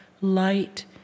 light